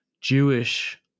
Jewish